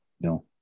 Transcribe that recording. No